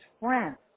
France